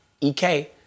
EK